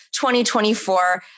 2024